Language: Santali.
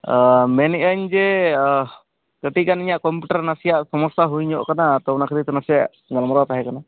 ᱢᱮᱱᱮᱜ ᱟᱹᱧ ᱡᱮ ᱟ ᱠᱟᱹᱴᱤᱡ ᱜᱟᱱ ᱤᱧᱟᱹᱜ ᱠᱳᱢᱯᱤᱴᱟᱨ ᱱᱟᱥᱮᱭᱟᱜ ᱥᱚᱢᱳᱥᱟ ᱦᱩᱭᱧᱚᱜ ᱟᱠᱟᱱᱟ ᱚᱱᱟ ᱠᱷᱟᱹᱛᱤᱨ ᱛᱮ ᱱᱟᱥᱮᱭᱟᱜ ᱜᱟᱞᱢᱟᱨᱟᱣ ᱛᱟᱦᱮᱸ ᱠᱟᱱᱟ